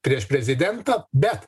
prieš prezidentą bet